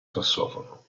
sassofono